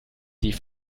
die